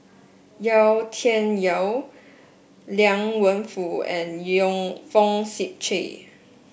Yau Tian Yau Liang Wenfu and Yong Fong Sip Chee